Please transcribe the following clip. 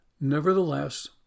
nevertheless